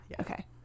Okay